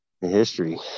History